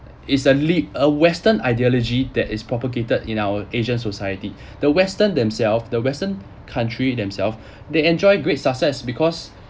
it's a leap a western ideology that is propagated in our asian society the western themselves the western country themself they enjoy great success because